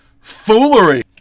Foolery